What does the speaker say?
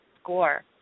score